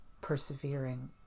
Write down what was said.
persevering